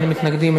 אין מתנגדים,